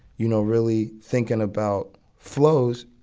you know, really thinking about flows,